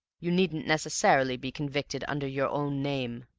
you needn't necessarily be convicted under your own name.